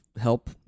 help